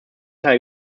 teil